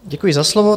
Děkuji za slovo.